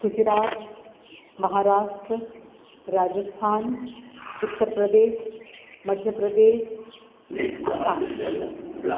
Gujarat Maharashtra Rajasthan Uttar Pradesh Madhya Pradesh Assam